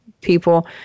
people